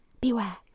Beware